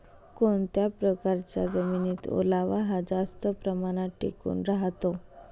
कोणत्या प्रकारच्या जमिनीत ओलावा हा जास्त प्रमाणात टिकून राहतो?